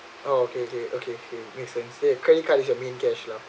oh okay okay okay okay make sense c~ credit card is your main cash lah